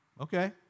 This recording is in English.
okay